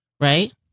Right